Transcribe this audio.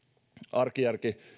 arkijärki